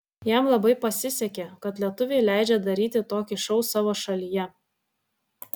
jam labai pasisekė kad lietuviai leidžia daryti tokį šou savo šalyje